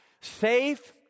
safe